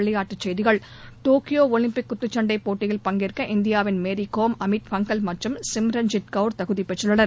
விளையாட்டுச் செய்திகள் Tokyo Olympic குத்துச்சண்டைப் போட்டியில் பங்கேற்க இந்தியாவின் மேரி கோம் அமித் பங்கல் மற்றும் சிமரன்ஜித் கவுர் தகுதிப் பெற்றுள்ளனர்